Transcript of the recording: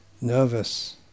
nervous